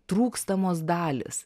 trūkstamos dalys